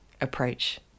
approach